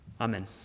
Amen